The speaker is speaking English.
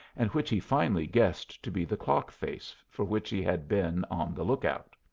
and which he finally guessed to be the clock-face for which he had been on the lookout.